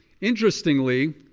Interestingly